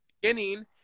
beginning